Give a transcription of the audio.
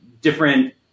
different